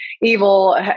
evil